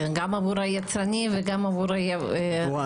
גם עבור היצרנים וגם עבור היבואנים.